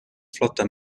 flotta